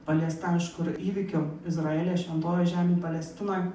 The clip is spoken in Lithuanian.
paliesta aišku ir įvykių izraelyje šventojoj žemėj palestinoj